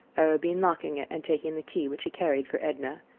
arobin locking it and taking the key, which he carried for edna.